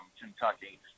Kentucky